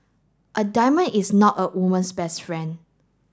a diamond is not a woman's best friend